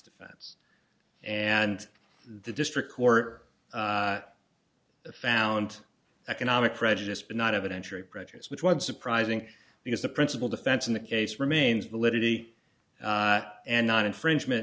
defense and the district court found economic prejudice but not of an entry prejudice which was surprising because the principal defense in the case remains validity and not infringement